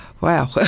Wow